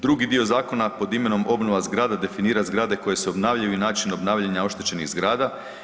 Drugi dio zakona pod imenom obnova zgrade definira zgrade koje se obnavljaju i način obnavljanja oštećenih zgrada.